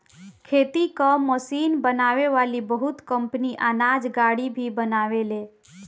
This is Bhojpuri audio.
खेती कअ मशीन बनावे वाली बहुत कंपनी अनाज गाड़ी भी बनावेले